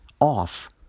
off